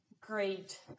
great